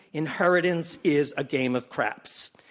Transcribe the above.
inheritance is a game of craps.